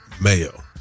Mayo